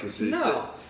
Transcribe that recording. No